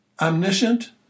omniscient